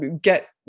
get